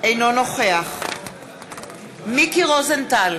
אינו נוכח מיקי רוזנטל,